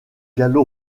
gallo